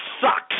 sucks